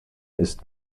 ist